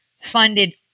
funded